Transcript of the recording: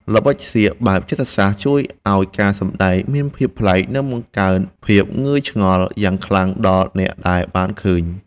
ល្បិចសៀកបែបចិត្តសាស្ត្រជួយឱ្យការសម្តែងមានភាពប្លែក និង បង្កើតភាពងឿងឆ្ងល់យ៉ាងខ្លាំងដល់អ្នកដែលបានឃើញ។